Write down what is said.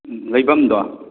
ꯎꯝ ꯂꯩꯐꯝꯗꯣ